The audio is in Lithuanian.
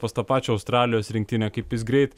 pas tą pačią australijos rinktinę kaip jis greit